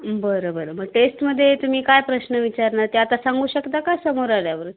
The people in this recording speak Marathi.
बरं बरं मग टेस्टमध्ये तुम्ही काय प्रश्न विचारणार ते आता सांगू शकता का समोर आल्यावर